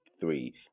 three